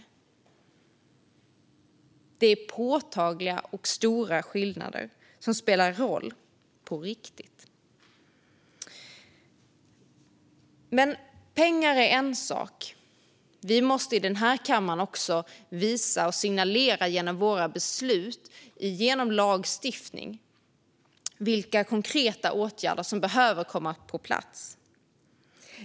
Det är påtagliga och stora skillnader som spelar roll på riktigt. Men pengar är en sak. Vi i den här kammaren måste också visa och signalera genom våra beslut, genom lagstiftning, vilka konkreta åtgärder som behöver komma på plats.